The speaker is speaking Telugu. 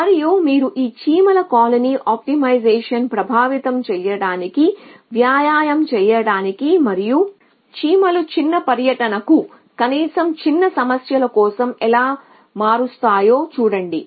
మరియు మీరు ఈ చీమల కాలనీ ఆప్టిమైజేషన్ను ప్రభావితం చేయడానికి వ్యాయామం చేయడానికి మరియు చీమలు చిన్న పర్యటనకు కనీసం చిన్న సమస్యల కోసం ఎలా మారుస్తాయో చూడండి